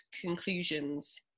conclusions